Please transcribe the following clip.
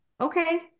Okay